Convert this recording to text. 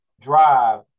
drive